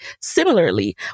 Similarly